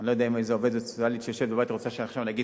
אני לא יודע אם איזה עובדת סוציאלית שיושבת בבית רוצה שעכשיו אני אגיד